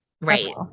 Right